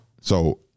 So-